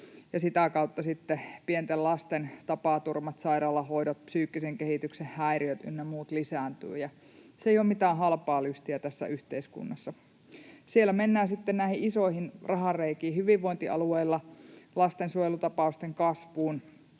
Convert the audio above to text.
sitä kautta sitten pienten lasten tapaturmat, sairaalahoidot, psyykkisen kehityksen häiriöt ynnä muut lisääntyvät, ja se ei ole mitään halpaa lystiä tässä yhteiskunnassa. Siellä mennään sitten näihin isoihin rahareikiin hyvinvointialueilla, lastensuojelutapausten kasvuun,